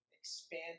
expand